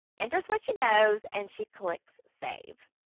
enters what she knows and she clicks save.